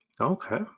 Okay